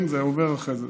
זה עובר אחרי זה,